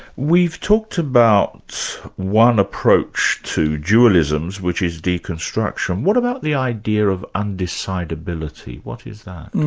we've talked about one approach to dualisms, which is deconstruction what about the idea of undecidability? what is that?